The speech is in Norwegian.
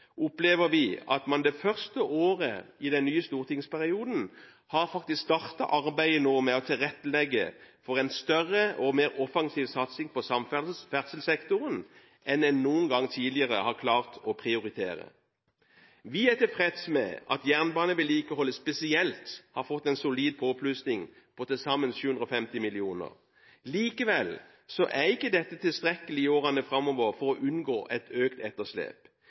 opplever vi at man det første året i den nye stortingsperioden faktisk nå har startet arbeidet med å tilrettelegge for en større og mer offensiv satsing på samferdselssektoren enn en noen gang tidligere har klart å prioritere. Vi er tilfreds med at jernbanevedlikeholdet spesielt har fått en solid påplussing på til sammen 750 mill. kr. Likevel er ikke dette tilstrekkelig i årene framover for å unngå et økt etterslep.